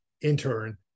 intern